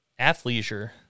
athleisure